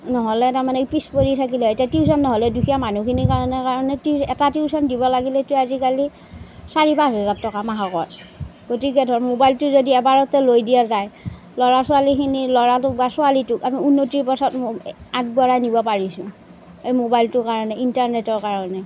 নহ'লে তাৰমানে পিছপৰি থাকিলোঁ হয় এতিয়া টিউচন নহ'লে দুখীয়া মানুহখিনিৰ কাৰণে কাৰণে এটা এটা টিউচন দিব লাগিলেতো আজিকালি চাৰি পাঁচ হেজাৰ টকা মাহেকত গতিকে ধৰ মোবাইলটো যদি এবাৰতে লৈ দিয়া যায় ল'ৰা ছোৱালীখিনিৰ ল'ৰাটো বা ছোৱালীটো আমি উন্নতিৰ পথত আগবঢ়াই নিব পাৰিছোঁ এই মোবাইলটোৰ কাৰণে ইণ্টাৰনেটৰ কাৰণে